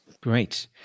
Great